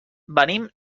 venim